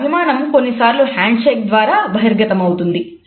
ఈ అభిమానం కొన్నిసార్లు హ్యాండ్ షేక్ ద్వారా బహిర్గతమవుతుంది